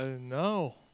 No